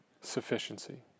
sufficiency